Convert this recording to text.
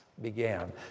began